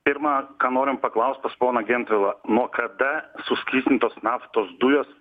pirma ką norim paklaust pas poną gentvilą nuo kada suskystintos naftos dujos